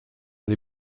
sie